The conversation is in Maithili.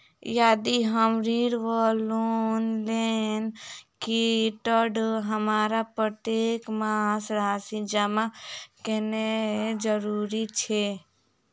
यदि हम ऋण वा लोन लेने छी तऽ हमरा प्रत्येक मास राशि जमा केनैय जरूरी छै?